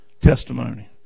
testimony